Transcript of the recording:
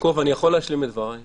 יעקב, אני יכול להשלים את דבריי?